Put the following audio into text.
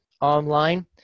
online